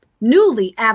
newly